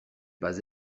pas